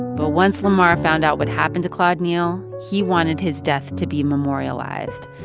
but once lamar found out what happened to claude neal, he wanted his death to be memorialized.